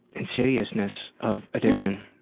insidiousness of addiction.